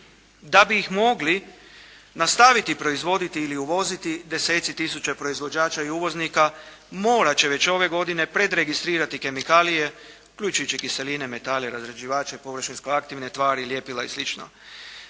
da bi ih mogli nastaviti proizvoditi ili uvoziti deseci tisuća proizvođača i uvoznika morat će već ove godine predregistrirati kemikalije uključujući kiseline, metale, razređivače, površinsko aktivne tvari, ljepila i